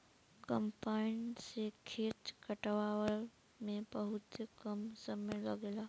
combine से खेत कटावला में बहुते कम समय लागेला